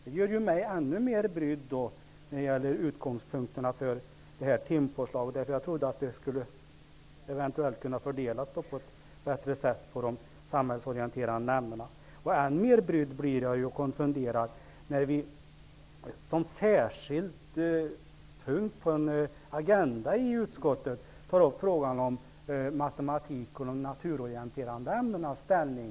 Det gör mig ännu mer brydd när det gäller utgångspunkterna för det här timpåslaget. Jag trodde att det eventuellt skulle kunna ha fördelats på ett bättre sätt på de samhällsorienterande ämnena. Jag blir än mer brydd och konfunderad när vi som särskild punkt på en agenda i utskottet tar upp frågorna om matematikens och de naturorienterande ämnenas ställning.